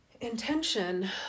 intention